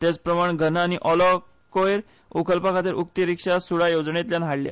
तेच प्रमाण घन आणि ओलो कोयर उखलपा खातीर उक्ती रिक्षा सुडा येवजणेतल्यान हाडल्या